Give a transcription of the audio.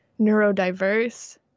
neurodiverse